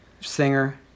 singer